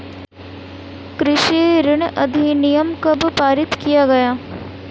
कृषि ऋण अधिनियम कब पारित किया गया?